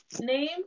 name